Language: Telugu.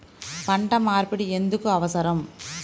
పంట మార్పిడి ఎందుకు అవసరం?